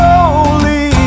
Holy